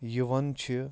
یِوان چھِ